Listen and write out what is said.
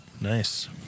Nice